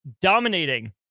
dominating